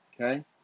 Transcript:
okay